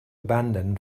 abandon